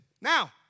Now